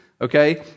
okay